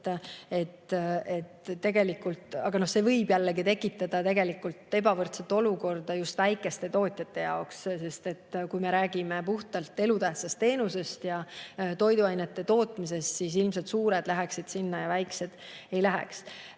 Aga see võib tekitada ebavõrdset olukorda just väikeste tootjate jaoks, sest kui me räägime puhtalt elutähtsast teenusest ja toiduainete tootmisest, siis ilmselt suured läheksid sinna alla ja väikesed ei läheks.